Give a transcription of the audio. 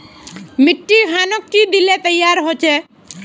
मिट्टी खानोक की दिले तैयार होबे छै?